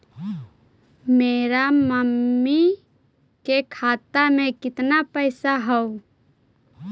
मेरा मामी के खाता में कितना पैसा हेउ?